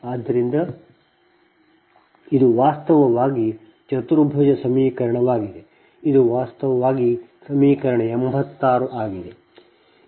ಆದ್ದರಿಂದ ಇದು ವಾಸ್ತವವಾಗಿ ಚತುರ್ಭುಜ ಸಮೀಕರಣವಾಗಿದೆ ಇದು ವಾಸ್ತವವಾಗಿ ಈ ಸಮೀಕರಣ 86 ಆಗಿದೆ